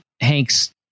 Hank's